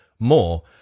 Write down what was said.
more